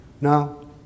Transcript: No